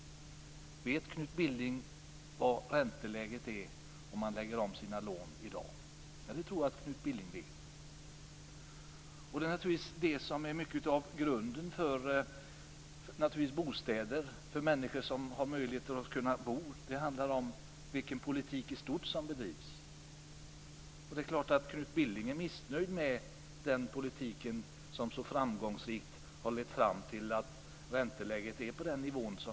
Vet Knut Billing vad ränteläget är om man lägger om sina lån i dag? Det tror jag att Knut Billing vet. Det är naturligtvis detta som är grunden för människors möjligheter att kunna bo. Det handlar om vilken politik i stort som bedrivs. Det är klart att Knut Billing är missnöjd med den politik som så framgångsrikt har lett fram till dagens räntenivå.